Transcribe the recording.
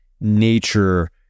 nature